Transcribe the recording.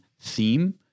theme